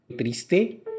triste